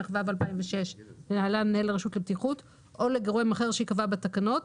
התשס"ו-2006 (להלן מנהל הרשות לבטיחות) או לגורם אחר שייקבע בתקנות,